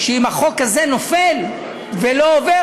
אם החוק הזה נופל ולא עובר,